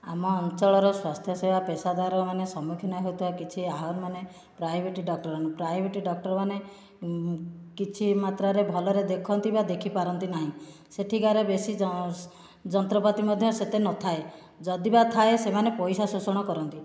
ଆମ ଅଞ୍ଚଳର ସ୍ୱାସ୍ଥ୍ୟସେବା ପେଶାଦାରମାନେ ସମ୍ମୁଖୀନ ହେଉଥିବା କିଛି ଆହ୍ଵାନମାନେ ପ୍ରାଇଭେଟ୍ ଡକ୍ଟ ଡକ୍ଟରମାନେ କିଛି ମାତ୍ରାରେ ଭଲରେ ଦେଖନ୍ତି ବା ଦେଖିପାରନ୍ତି ନାହିଁ ସେଠିକାରେ ବେଶି ଜଂ ଯନ୍ତ୍ରପାତି ମଧ୍ୟ ସେତେ ନଥାଏ ଯଦି ବା ଥାଏ ସେମାନେ ପଇସା ଶୋଷଣ କରନ୍ତି